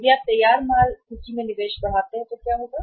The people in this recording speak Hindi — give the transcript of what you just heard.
और यदि आप तैयार माल सूची में निवेश बढ़ाते हैं तो क्या होगा